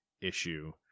issue